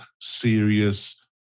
serious